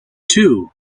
two